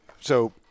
So-